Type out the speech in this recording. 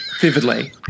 vividly